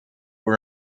door